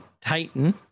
Titan